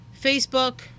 Facebook